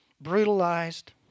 brutalized